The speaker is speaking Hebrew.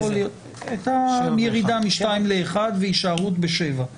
את הירידה מ-2 ל-1 והישארות ב-7.